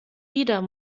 wieder